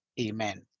Amen